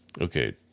Okay